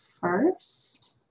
first